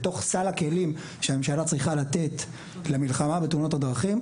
בתוך סל הכלים שהממשלה צריכה לתת למלחמה בתאונות הדרכים,